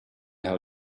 how